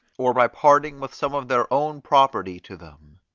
or by parting with some of their own property to them.